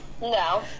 No